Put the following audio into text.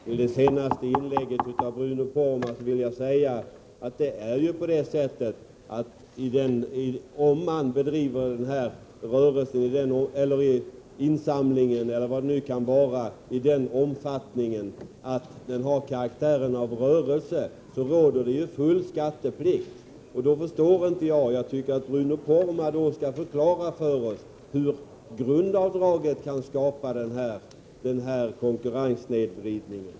Herr talman! Efter det senaste inlägget av Bruno Poromaa vill jag säga att om man bedriver en insamling eller vad det nu kan vara i sådan omfattning att den har karaktären av rörelse, råder full skatteplikt. Jag förstår inte — jag tycker att Bruno Poromaa skall förklara det för mig — hur grundavdraget kan skapa konkurrenssnedvridning.